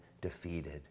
defeated